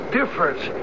difference